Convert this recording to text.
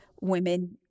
women